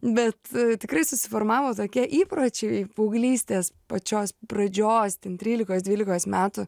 bet tikrai susiformavo tokie įpročiai paauglystės pačios pradžios ten trylikos dvylikos metų